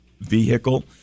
vehicle